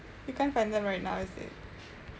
you can't find them right now is it